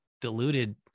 diluted